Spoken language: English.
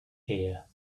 here